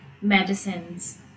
medicines